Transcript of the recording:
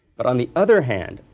but on the other hand,